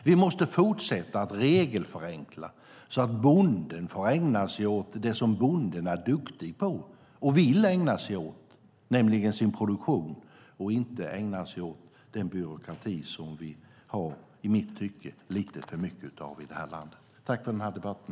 Vi måste fortsätta regelförenkla så att bonden får ägna sig åt det som bonden är duktig på och vill ägna sig åt, nämligen sin produktion och inte den byråkrati som vi i mitt tycke har lite för mycket av i det här landet. Tack för den här debatten!